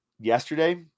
yesterday